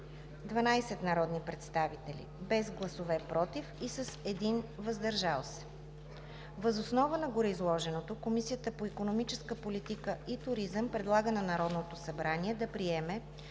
12 народни представители, без „против“ и 1 „въздържал се“. Въз основа на гореизложеното Комисията по икономическата политика и туризъм предлага на Народното събрание да приеме: